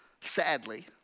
sadly